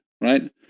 right